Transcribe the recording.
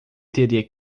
teria